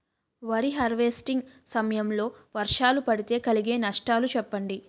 వరి హార్వెస్టింగ్ సమయం లో వర్షాలు పడితే కలిగే నష్టాలు చెప్పండి?